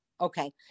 Okay